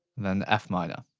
then the f minor.